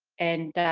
and.